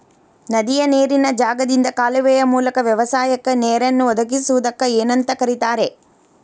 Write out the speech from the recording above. ನದಿಯ ನೇರಿನ ಜಾಗದಿಂದ ಕಾಲುವೆಯ ಮೂಲಕ ವ್ಯವಸಾಯಕ್ಕ ನೇರನ್ನು ಒದಗಿಸುವುದಕ್ಕ ಏನಂತ ಕರಿತಾರೇ?